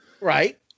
Right